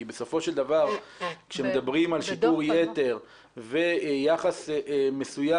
כי בסופו של דבר כשמדברים על שיטור יתר ויחס מסוים